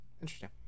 Interesting